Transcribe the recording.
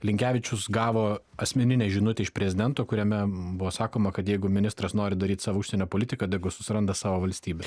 linkevičius gavo asmeninę žinutę iš prezidento kuriame buvo sakoma kad jeigu ministras nori daryt savo užsienio politiką tegul susiranda savo valstybę